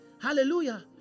Hallelujah